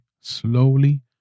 slowly